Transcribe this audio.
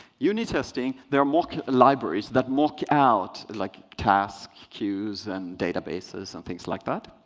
unit testing, there are mock libraries that mock out, and like task, queues, and databases, and things like that.